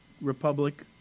Republic